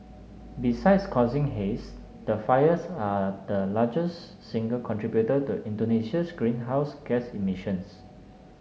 besides causing haze the fires are the largest single contributor to Indonesia's greenhouse gas emissions